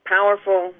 Powerful